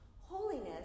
Holiness